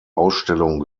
ausstellung